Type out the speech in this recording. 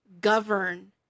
govern